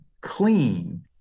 clean